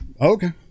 Okay